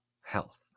health